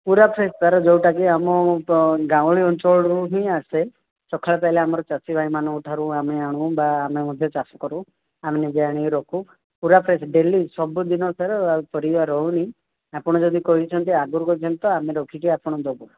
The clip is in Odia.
ପୁରା ଫ୍ରେଶ୍ ସାର୍ ଯେଉଁଟା କି ଆମ ଗାଉଁଲି ଅଞ୍ଚଳରୁ ହିଁ ଆସେ ସକାଳ ପାହିଲେ ଆମର ଚାଷୀ ଭାଇମାନଙ୍କଠାରୁ ଆମେ ଆଣୁ ବା ଆମେ ମଧ୍ୟ ଚାଷ କରୁ ଆମେ ନିଜେ ଆଣିକି ରଖୁ ପୁରା ଫ୍ରେଶ୍ ଡେଲି ସବୁଦିନ ସାର୍ ପରିବା ଆଉ ରହୁନି ଆପଣ ଯଦି କରିଛନ୍ତି ଆଗରୁ କରିଛନ୍ତି ତ ଆମେ ରଖିକି ଆପଣ ଦବୁ